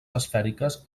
esfèriques